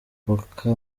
mboka